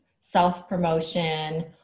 self-promotion